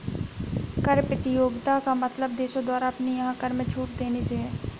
कर प्रतियोगिता का मतलब देशों द्वारा अपने यहाँ कर में छूट देने से है